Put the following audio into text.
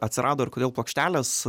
atsirado ir kodėl plokštelės